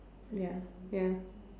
ya ya